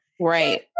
Right